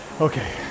Okay